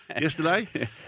Yesterday